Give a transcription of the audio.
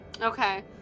okay